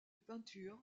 peintures